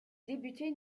débuté